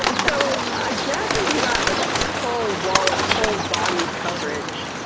and so i guess if you got, like, a full wallop, full body coverage,